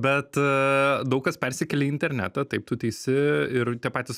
bet daug kas persikėlė į internetą taip tu teisi ir tie patys